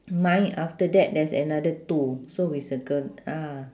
mine after that there's another two so we circle ah